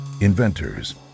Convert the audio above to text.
inventors